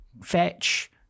Fetch